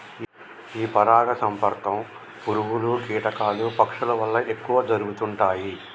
ఈ పరాగ సంపర్కం పురుగులు, కీటకాలు, పక్షుల వల్ల ఎక్కువ జరుగుతుంటాయి